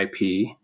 IP